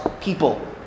people